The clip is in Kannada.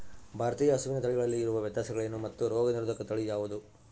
ಭಾರತೇಯ ಹಸುವಿನ ತಳಿಗಳಲ್ಲಿ ಇರುವ ವ್ಯತ್ಯಾಸಗಳೇನು ಮತ್ತು ರೋಗನಿರೋಧಕ ತಳಿ ಯಾವುದು?